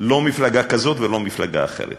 לא מפלגה כזאת ולא מפלגה אחרת.